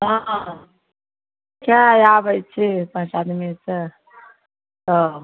हँ किएक आबैत छी पाँच आदमी से सब